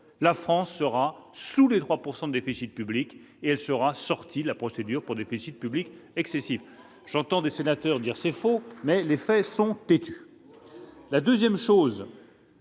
la France sera sous les 3 pourcent le déficit public et elle sera sorti la procédure pour déficit public excessif, j'entends des sénateurs dire c'est faux mais les faits sont têtus, la 2ème chose